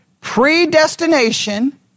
Predestination